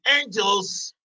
angels